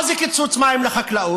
מה זה קיצוץ מים לחקלאות?